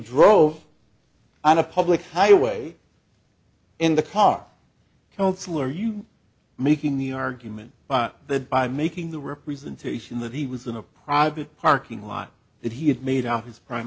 drove on a public highway in the car councilor you making the argument by the by making the representation that he was in a private parking lot that he had made on his prime